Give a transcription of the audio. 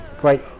great